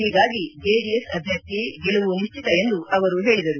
ಹೀಗಾಗಿ ಜೆಡಿಎಸ್ ಅಭ್ವರ್ಥಿ ಗೆಲುವು ನಿಶ್ಚಿತ ಎಂದು ಅವರು ಹೇಳದರು